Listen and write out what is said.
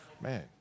Man